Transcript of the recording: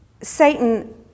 Satan